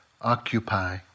Occupy